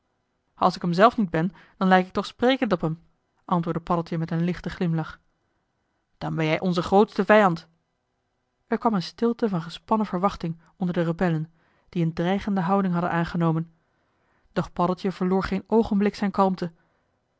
als ik m zelf niet ben dan lijk ik toch sprekend op m antwoordde paddeltje met een lichten glimlach dan ben-je onze grootste vijand er kwam een stilte van gespannen verwachting onder de rebellen die een dreigende houding hadden aangenomen doch paddeltje verloor geen oogenblik zijn